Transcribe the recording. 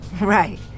Right